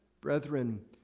Brethren